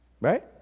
right